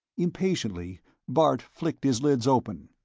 impatiently bart flicked his lids open.